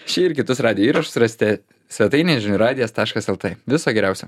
šį ir kitus radijo įrašus rasite svetainėje žinių radijas taškas lt viso geriausio